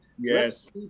yes